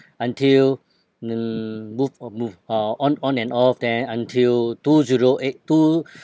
until mm move or move uh on on and off then until two zero eight two